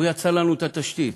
הוא יצר לנו את התשתית